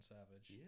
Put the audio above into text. Savage